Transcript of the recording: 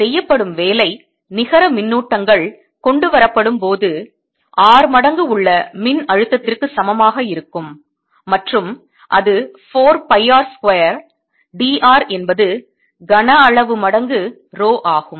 செய்யப்படும் வேலை நிகர மின்னூட்டங்கள் கொண்டு வரப்படும் போது r மடங்கு உள்ள மின் அழுத்தத்திற்கு சமமாக இருக்கும் மற்றும் அது 4 pi r square d r என்பது கன அளவு மடங்கு ரோ ஆகும்